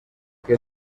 que